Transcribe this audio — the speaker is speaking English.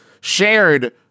shared